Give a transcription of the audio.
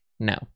No